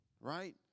right